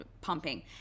pumping